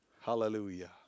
Hallelujah